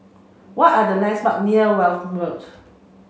what are the lands marks near Welm Road